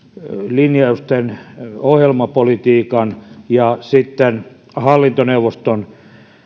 linjausten ohjelmapolitiikan ja sitten hallintoneuvoston